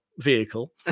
vehicle